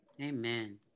Amen